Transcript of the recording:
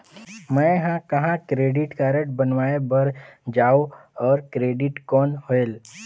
मैं ह कहाँ क्रेडिट कारड बनवाय बार जाओ? और क्रेडिट कौन होएल??